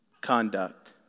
conduct